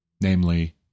namely